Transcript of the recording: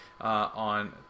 on